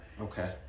Okay